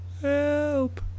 Help